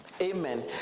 amen